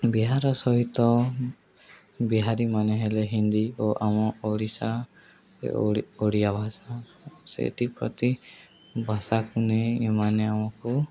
ବିହାର ସହିତ ବିହାରୀ ମାନେ ହେଲେ ହିନ୍ଦୀ ଓ ଆମ ଓଡ଼ିଶା ଓଡ଼ିଆ ଭାଷା ସେଥିପ୍ରତି ଭାଷାକୁ ନେଇମାନେ ଆମକୁ